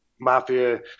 mafia